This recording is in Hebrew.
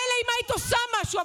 מילא אם היית עושה משהו,